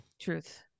Truth